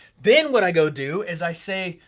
then what i go do is i say,